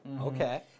Okay